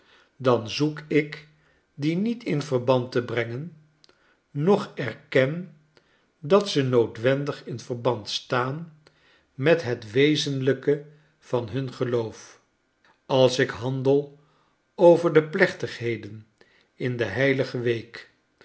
dan zoek ik die niet in verband te brengen noch erken dar ze noodwendig in verband staan met het wezenlijke van hun geloof als ik handel over de plechtigheden in de heilige week